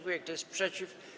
Kto jest przeciw?